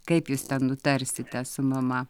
kaip jūs ten nutarsite su mama